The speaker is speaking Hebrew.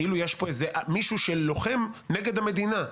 כאילו יש פה מישהו שלוחם נגד המדינה.